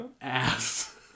ass